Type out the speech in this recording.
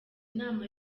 inama